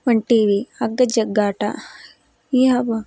ಹೊರ್ಟೀವಿ ಹಗ್ಗಜಗ್ಗಾಟ ಈ ಹಬ್ಬ